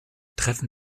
treffen